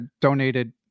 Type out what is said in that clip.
donated